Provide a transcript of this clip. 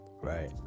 Right